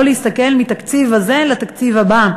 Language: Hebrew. לא להסתכל מהתקציב הזה לתקציב הבא,